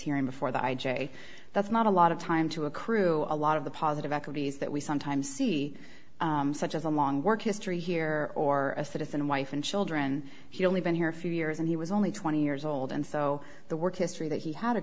hearing before the i j a that's not a lot of time to accrue a lot of the positive equities that we sometimes see such as a long work history here or a citizen wife and children he's only been here a few years and he was only twenty years old and so the work history that he had a